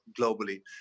globally